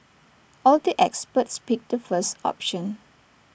all the experts picked the first option